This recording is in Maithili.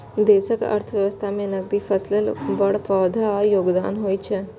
देशक अर्थव्यवस्था मे नकदी फसलक बड़ पैघ योगदान होइ छै